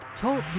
Talk